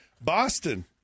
Boston